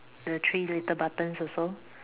the three little buttons also